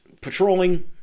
patrolling